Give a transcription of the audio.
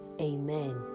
amen